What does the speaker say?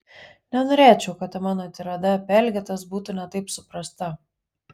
nenorėčiau kad ta mano tirada apie elgetas būtų ne taip suprasta